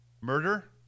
Murder